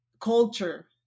culture